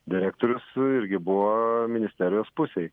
direktorius irgi buvo ministerijos pusėj